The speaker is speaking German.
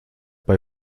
bei